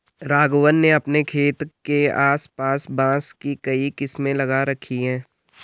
राघवन ने अपने खेत के आस पास बांस की कई किस्में लगा रखी हैं